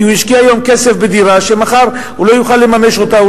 כי הוא השקיע היום כסף בדירה שמחר הוא לא יוכל לממש אותה,